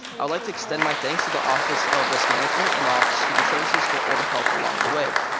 i'd like to extend my thanks to the office of risk management and the office of student services for all the help along the way.